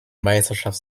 meisterschaft